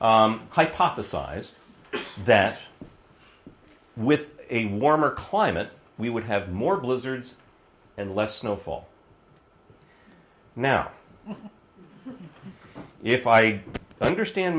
hypothesized that with a warmer climate we would have more blizzards and less snow fall now if i understand